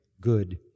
good